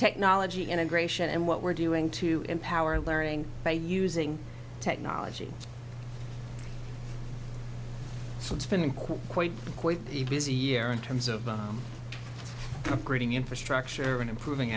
technology integration and what we're doing to empower learning by using technology so it's been quite a busy year in terms of recruiting infrastructure in improving